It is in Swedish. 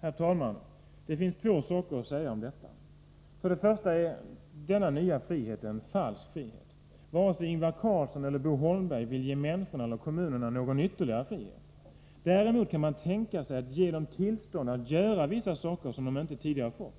Herr talman! Det finns två saker att säga om detta. Först och främst är denna nya frihet en falsk frihet. Varken Ingvar Carlsson eller Bo Holmberg vill ge människorna eller kommunerna någon ytterligare frihet. Däremot kan man tänka sig att ge dem tillstånd att göra vissa saker som de tidigare inte fått göra.